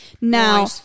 Now